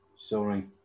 Sorry